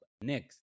Next